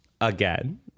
Again